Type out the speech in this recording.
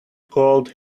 called